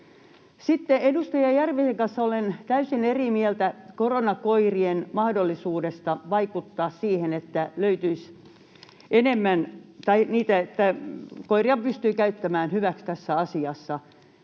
Sitten edustaja Järvisen kanssa olen täysin eri mieltä siitä, että koiria pystyy käyttämään hyväksi tässä asiassa.